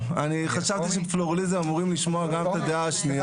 חשבתי שבפלורליזם אמורים לשמוע גם את הדעה השנייה.